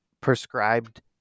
prescribed